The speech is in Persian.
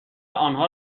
آنها